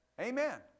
Amen